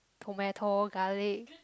tomato garlic